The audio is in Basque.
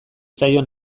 zaio